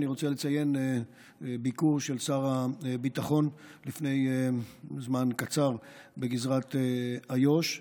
אני רוצה לציין ביקור של שר הביטחון לפני זמן קצר בגזרת איו"ש.